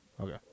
Okay